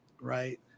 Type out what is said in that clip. right